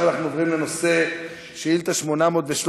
אנחנו עוברים לשאילתה 813,